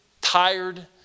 tired